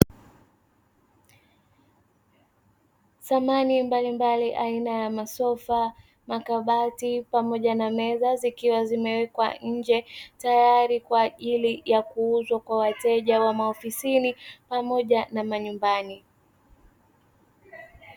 Samani mbalimbali aina ya masofa, makabati pamoja na meza, zikiwa zimewekwa nje tayari kwa ajili ya kuuzwa kwa wateja wa maofisini pamoja na wa manyumbani.